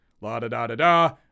La-da-da-da-da